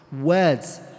words